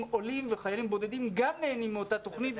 עולים וחיילים בודדים גם נהנים מאותה תוכנית.